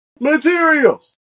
Materials